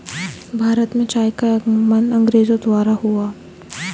भारत में चाय का आगमन अंग्रेजो के द्वारा हुआ